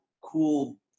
cool